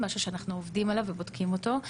משהו שאנחנו עובדים עליו ובודקים אותו.